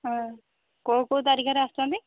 ହଁ କେଉଁ କେଉଁ ତାରିଖରେ ଆସୁଛନ୍ତି